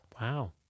wow